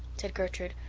said gertrude.